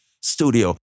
studio